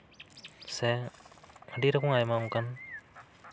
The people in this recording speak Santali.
ᱥᱮ ᱟᱹᱰᱤᱨᱚᱠᱚᱢ ᱟᱭᱢᱟ ᱚᱱᱠᱟᱱ